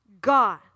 God